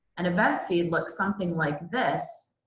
an event feed looks something like this,